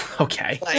Okay